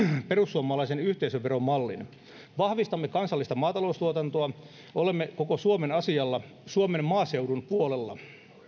perussuomalaisen yhteisöveromallin ja vahvistamme kansallista maataloustuotantoa olemme koko suomen asialla suomen maaseudun puolella